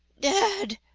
dead!